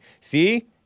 See